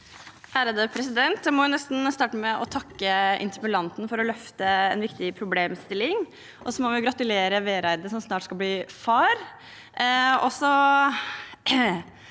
(Sp) Jeg må nesten starte med å takke interpellanten for å løfte en viktig problemstilling, og så må vi gratulere Vereide, som snart skal bli far.